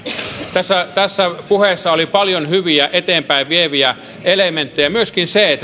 tässä tässä puheessa oli paljon hyviä eteenpäin vieviä elementtejä myöskin se että on